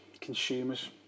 consumers